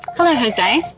hello jose.